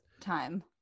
time